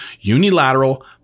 unilateral